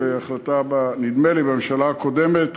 זו החלטה שהתקבלה, נדמה לי, בממשלה הקודמת.